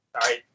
sorry